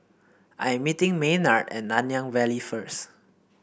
I'm meeting Maynard at Nanyang Valley first